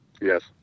yes